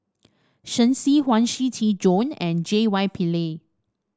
Shen Xi Huang Shiqi Joan and J Y Pillay